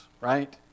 right